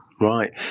Right